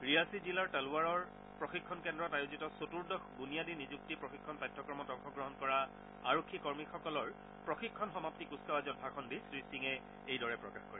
ৰিয়াচি জিলাৰ টলৱাৰৰ প্ৰশিক্ষণ কেন্দ্ৰত আয়োজিত চতুৰ্দশ বুনিয়াদী নিযুক্তি প্ৰশিক্ষণ পাঠ্যক্ৰমত অংশগ্ৰহণ কৰা আৰক্ষী কৰ্মীসকলৰ প্ৰশিক্ষণ সমাপ্তি কুচকাৱাজত ভাষণ দি শ্ৰীসিঙে এইদৰে প্ৰকাশ কৰে